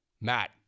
Matt